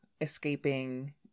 escaping